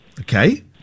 okay